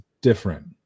different